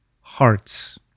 hearts